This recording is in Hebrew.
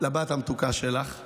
אמרתי דווקא: חברי כנסת צווחים,